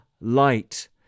light